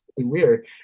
weird